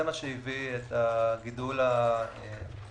זה מה שהביא את הגידול היפה